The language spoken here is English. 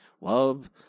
love